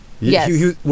Yes